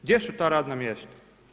Gdje su ta radna mjesta?